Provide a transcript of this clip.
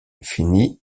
finit